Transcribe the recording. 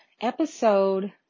episode